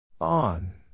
On